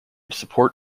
support